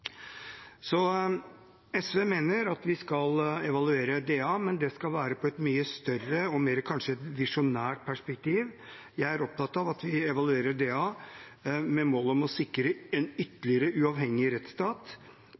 SV mener at vi skal evaluere DA, men det skal være i et mye større og kanskje mer visjonært perspektiv. Jeg er opptatt av at vi evaluerer DA med mål om å sikre en ytterligere uavhengig rettsstat.